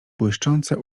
błyszczące